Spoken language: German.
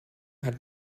hat